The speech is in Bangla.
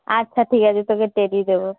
আচ্ছা ঠিক আছে তোকে টেডি দেবো